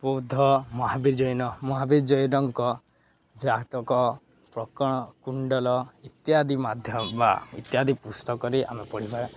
ବୌଦ୍ଧ ମହାବୀର ଜୈନ ମହାବୀର ଜୈନଙ୍କ ଜାତକ ପ୍ରକଣ କୁଣ୍ଡଲ ଇତ୍ୟାଦି ମାଧ୍ୟମ ବା ଇତ୍ୟାଦି ପୁସ୍ତକରେ ଆମେ ପଢ଼ିିବା